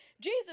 Jesus